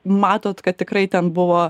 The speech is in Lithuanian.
matot kad tikrai ten buvo